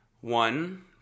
One